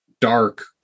dark